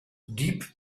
deep